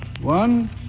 One